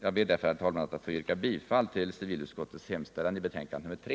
Jag ber därför, herr talman, att få yrka bifall till civilutskottets hemställan i betänkande nr 3.